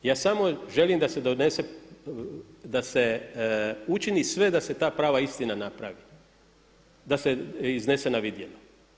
Ja samo želim da se donese, da se učini sve da se ta prava istina napravi, da se iznese na vidjelo.